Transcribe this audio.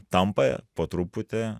tampa po truputį